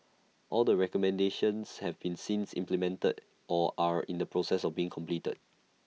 all the recommendations have been since implemented or are in the process of being completed